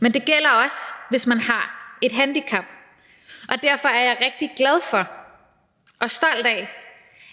Men det gælder også, hvis man har et handicap. Derfor er jeg rigtig glad for og stolt af,